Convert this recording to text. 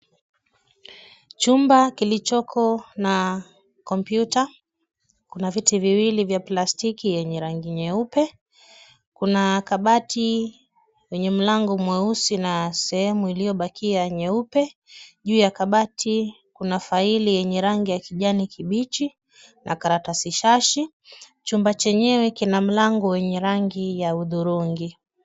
Chumba kilichoko na kompyuta. Kuna viti viwili vya plastiki yenye rangi nyeupe. Kuna kabati lenye mlango mweusi na sehemu iliyobakia nyeupe. Juu ya kabati kuna faili yenye rangi ya kijani kibichi na karatasi shashi. Chumba chenyewe kina mlango wenye rangi ya hudhurungi.